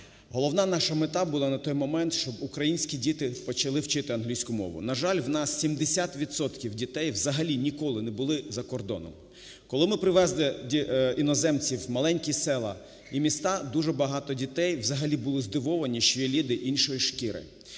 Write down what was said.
Головна наша мета була на той момент, щоб українські діти почали вчити англійську мову. На жаль, у нас 70 відсотків дітей взагалі ніколи не були за кордоном. Коли ми привезли іноземців в маленькі села і міста, дуже багато дітей взагалі були здивовані, що є люди іншої шкіри,